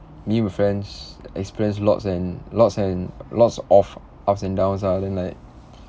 me and my friends experience lots and lots and lots of ups and downs ah then like